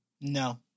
No